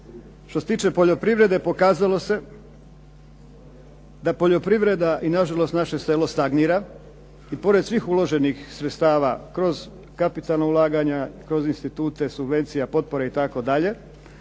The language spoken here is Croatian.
Što se tiče poljoprivrede pokazalo se da poljoprivreda i nažalost naše selo stagnira i pored svih uloženih sredstava kroz kapitalna ulaganja, kroz institute subvencija, potpora itd.